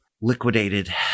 liquidated